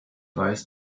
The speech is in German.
weiß